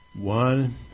One